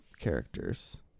characters